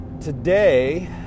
today